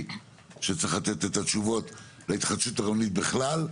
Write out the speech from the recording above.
שצריך לתת את התשובות להתחדשות עירונית בכלל,